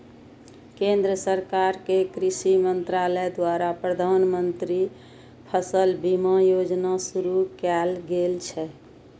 केंद्र सरकार के कृषि मंत्रालय द्वारा प्रधानमंत्री फसल बीमा योजना शुरू कैल गेल छै